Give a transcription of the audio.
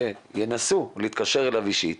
שינסו להתקשר אליו אישית